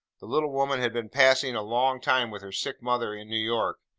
the little woman had been passing a long time with her sick mother in new york,